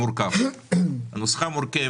מורכב הנוסחה מורכבת,